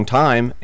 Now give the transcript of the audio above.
time